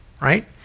right